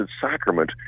Sacrament